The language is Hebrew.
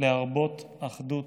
להרבות אחדות,